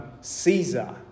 Caesar